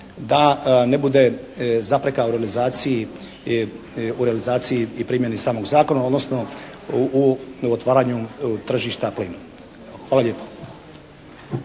da ne bude zapreka u realizaciji i primjeni samog zakona, odnosno u otvaranju tržišta plina. Hvala lijepo.